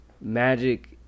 Magic